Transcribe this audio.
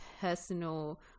personal